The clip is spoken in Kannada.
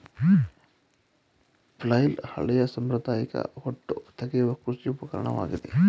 ಫ್ಲೈಲ್ ಹಳೆಯ ಸಾಂಪ್ರದಾಯಿಕ ಹೊಟ್ಟು ತೆಗೆಯುವ ಕೃಷಿ ಉಪಕರಣವಾಗಿದೆ